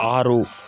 ಆರು